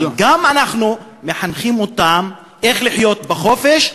אבל אנחנו גם מחנכים אותם איך לחיות בחופש,